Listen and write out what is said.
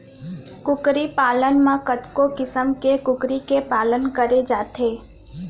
कुकरी पालन म कतको किसम के कुकरी के पालन करे जाथे